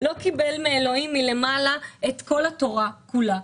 לא קיבל מאלוהים מלמעלה את כל התורה כולה.